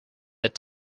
that